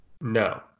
no